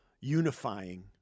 unifying –